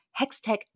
Hextech